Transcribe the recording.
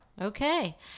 Okay